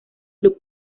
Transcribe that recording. club